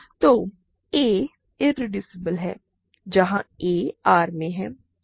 तो a irreducible है जहाँ a R में हैं